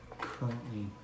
currently